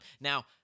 Now